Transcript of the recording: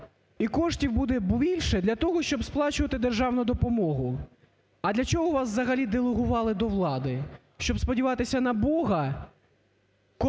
і коштів буде більше для того, щоб сплачувати державну допомогу. А для чого вас взагалі делегували до влади? Щоб сподіватися на Бога,